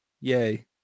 Yay